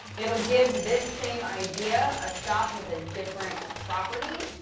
it'll give this same idea a shot with a different property,